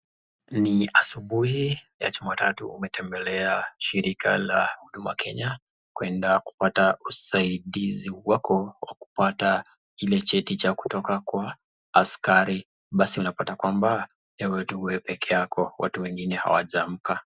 Ni asubuhi ya jumatatu umetembelea shirika la huduma Kenya, kwenda kupata usaidizi wako, wa kupata Ile cheti cha kutoka kwa askari, basi unapata kwamba wewe tu wewe pekee yako watu wengine hawajaamka.